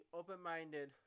open-minded